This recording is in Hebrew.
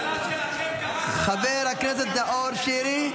--- חבר הכנסת נאור שירי,